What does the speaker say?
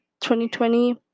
2020